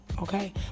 Okay